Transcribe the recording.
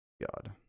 god